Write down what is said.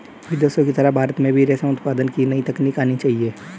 विदेशों की तरह भारत में भी रेशम उत्पादन की नई तकनीक आनी चाहिए